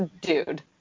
Dude